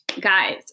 guys